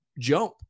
jump